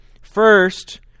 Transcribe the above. first